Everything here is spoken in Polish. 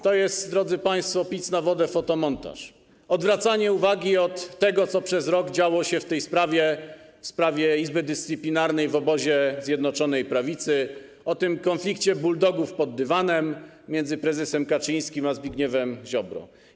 To jest, drodzy państwo, pic na wodę, fotomontaż, odwracanie uwagi od tego, co przez rok działo się w tej sprawie, w sprawie Izby Dyscyplinarnej, w obozie Zjednoczonej Prawicy, od tego konfliktu buldogów pod dywanem między prezesem Kaczyńskim a Zbigniewem Ziobrą.